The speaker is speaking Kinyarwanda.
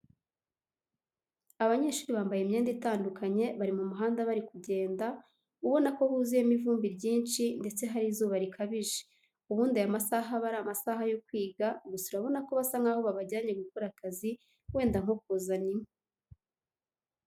Abanyeshuri bambaye imyenda itandukanye bari mu muhanda bari kugenda, ubona ko huzuyemo ivumbi ryinshi ndetse hari izuba rikabije, ubundi aya masaha aba ari amasaha yo kwiga, gusa urabona ko basa nk'aho babajyanye gukora akazi wenda nko kuzana inkwi.